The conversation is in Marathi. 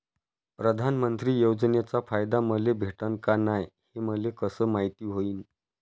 प्रधानमंत्री योजनेचा फायदा मले भेटनं का नाय, हे मले कस मायती होईन?